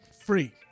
Free